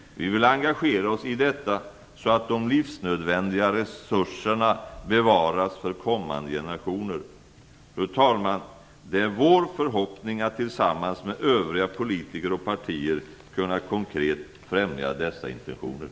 Vi vill engagera oss i detta så att de livsnödvändiga resurserna bevaras för kommande generationer. Fru talman! Det är vår förhoppning att tillsammans med övriga politiker och partier kunna konkret främja dessa intentioner.